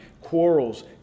quarrels